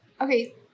Okay